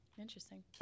Interesting